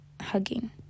hugging